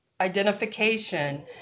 identification